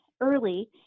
early